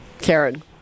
Karen